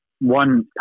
one